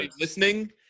listening